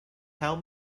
help